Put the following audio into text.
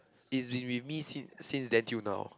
it's been with me since since then till now